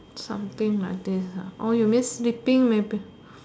something like this ah orh you mean sleeping maybe